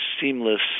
seamless